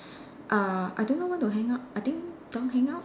err I don't know when to hang up I think don't hang up